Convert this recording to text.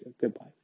Goodbye